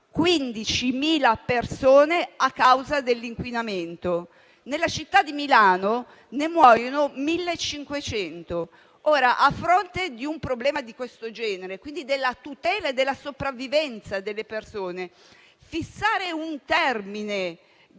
15.000 persone a causa dell'inquinamento; nella città di Milano ne muoiono 1.500. Ora, a fronte di un problema di questo genere, che riguarda la tutela e la sopravvivenza delle persone, fissare un termine